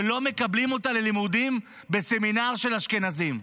שלא מקבלים אותה ללימודים בסמינר של אשכנזים?